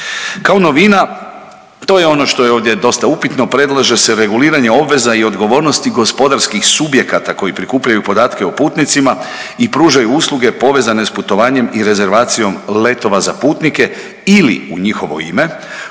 Kao novina to je ono što je ovdje dosta upitno predlaže se reguliranje obveza i odgovornosti gospodarskih subjekata koji prikupljaju podatke o putnicima i pružaju usluge povezane sa putovanjem i rezervacijom letova za putnike ili u njihovo ime